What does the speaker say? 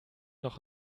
noch